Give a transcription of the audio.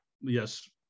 yes